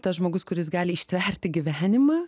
tas žmogus kuris gali ištverti gyvenimą